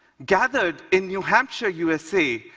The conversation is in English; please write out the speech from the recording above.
gathered in new hampshire, usa,